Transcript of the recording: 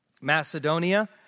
Macedonia